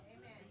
Amen